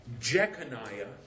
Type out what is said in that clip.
Jeconiah